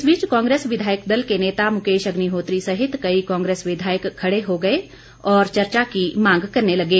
इस बीच कांग्रेस विधायक दल के नेता मुकेश अग्निहोत्री सहित कई कांग्रेस विधायक खड़े हो गए और चर्चा की मांग करने लगे